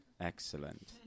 Excellent